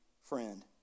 friend